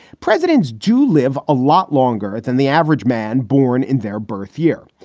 presidents do live a lot longer than the average man born in their birth year.